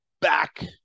back